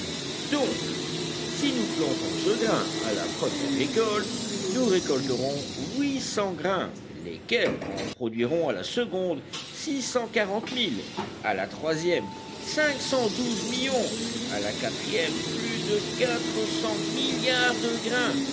donc si nous plantons ce grain à la première récolte nous récolterons huit cents grains lesquels en produiront à la seconde six cent quarante mille à la troisième cinq cent douze millions à la quatrième plus de quatre cents milliards de grains